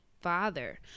father